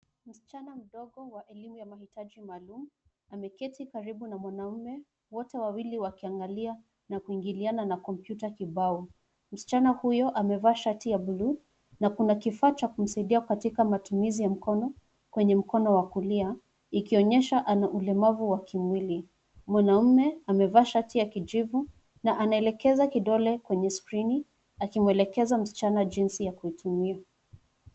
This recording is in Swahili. Msichana mdogo wa elimu ya mahitaji maalum ameketi karibu na mwanaume, wote wawili wakiangalia na kuingiliana na kompyuta kibao. Msichana huyo amevaa shati ya buluu na kuna kifaa cha kumsaidia katika matumizi ya mkono, kwenye mkono wa kulia, ikionyesha ana ulemavu wa kimwili. Mwanaume amevaa shati ya kijivu na anaelekeza kidole kwenye skrini akimwelekeza msichana jinsi ya kuitumia.